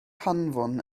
hanfon